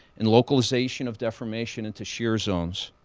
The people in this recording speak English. and localization of deformation into shear zones.